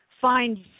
find